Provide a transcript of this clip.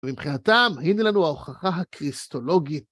ומבחינתם, הנה לנו ההוכחה הקריסטולוגית.